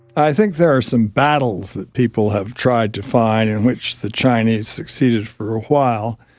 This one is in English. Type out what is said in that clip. i think there are some battles that people have tried to find in which the chinese succeeded for a while.